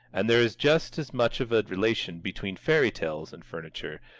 and there is just as much of a relation between fairy tales and furniture,